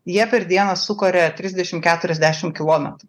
jie per dieną sukaria trisdešim keuriasdešim kilometrų